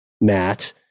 Matt